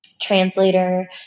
translator